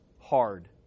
hard